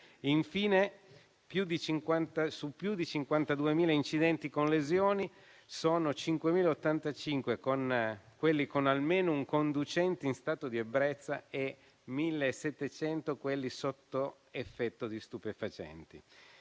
Infine, su più di 52.000 incidenti con lesioni sono 5.085 quelli con almeno un conducente in stato di ebbrezza e 1.700 quelli con un conducente sotto effetto di stupefacenti.